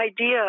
idea